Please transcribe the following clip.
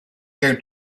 going